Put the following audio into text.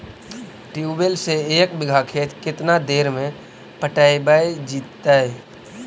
Tubewell से एक बिघा खेत केतना देर में पटैबए जितै?